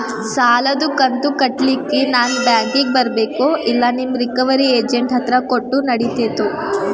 ಸಾಲದು ಕಂತ ಕಟ್ಟಲಿಕ್ಕೆ ನಾನ ಬ್ಯಾಂಕಿಗೆ ಬರಬೇಕೋ, ಇಲ್ಲ ನಿಮ್ಮ ರಿಕವರಿ ಏಜೆಂಟ್ ಹತ್ತಿರ ಕೊಟ್ಟರು ನಡಿತೆತೋ?